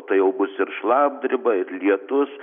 tai bus ir šlapdriba ir lietus